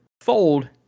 fold